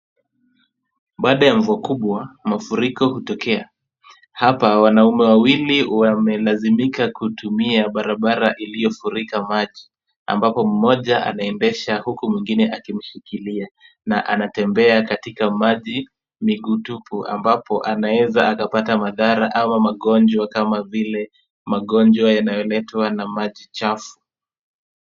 Baada ya mvua kubwa mafuriko hutokea. Hapa wanaume wawili wamelazimika kutumia barabara iliyofurika maji, ambapo mmoja anaendesha huku mwengine akimshikilia na anatembea katika maji miguu tupu ambapo anaeza akapata madhara ama magonjwa kama vile; magonjwa yanayoletwa na maji chafu.